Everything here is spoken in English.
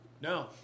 no